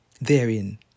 therein